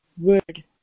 word